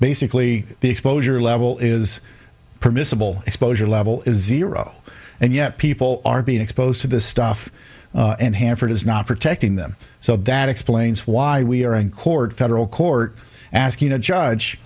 basically the exposure level is permissible exposure level is zero and yet people are being exposed to this stuff and hanford is not protecting them so that explains why we are in court federal court asking a judge